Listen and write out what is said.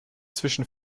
zwischen